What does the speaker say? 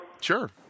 Sure